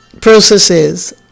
processes